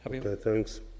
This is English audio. Thanks